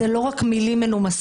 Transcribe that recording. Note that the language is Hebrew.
זה לא רק מילים מנומסות,